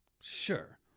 Sure